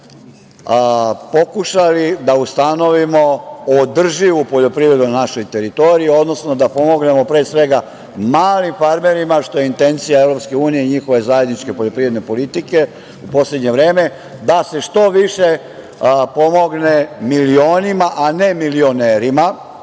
tako pokušali da ustanovimo održivu poljoprivredu na našoj teritoriji, odnosno da pomognemo pre svega malim farmerima, što je intencija EU i njihove zajedničke poljoprivredne politike u poslednje vreme, da se što više pomogne milionima, a ne milionerima,